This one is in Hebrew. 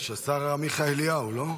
יש, השר עמיחי אליהו, לא?